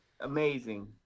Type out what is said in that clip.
Amazing